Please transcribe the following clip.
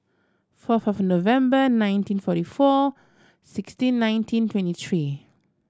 fourth of November nineteen forty four sixteen nineteen twenty three